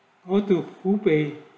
go to hubei